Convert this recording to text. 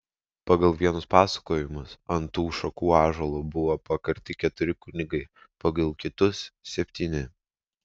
pagal vienus pasakojimus ant tų šakų ąžuolo buvo pakarti keturi kunigai pagal kitus septyni